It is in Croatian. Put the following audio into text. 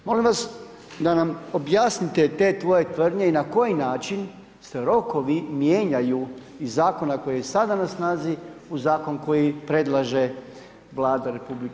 Molim vas da nam objasnite te svoje tvrdnje i na koji način se rokovi mijenjaju iz zakona koji je sada na snazi u zakon koji predlaže Vlada RH.